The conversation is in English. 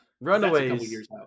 Runaways